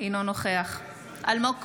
אינו נוכח אלמוג כהן,